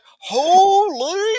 holy